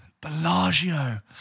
Bellagio